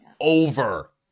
over